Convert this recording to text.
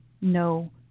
no